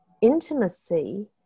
intimacy